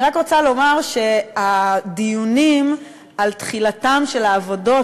אני רק רוצה לומר שהדיונים על תחילתן של העבודות